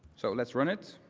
so let's run it.